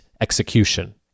execution